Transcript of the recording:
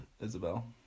Isabel